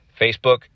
Facebook